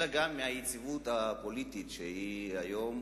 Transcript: אלא גם מהיציבות הפוליטית היום,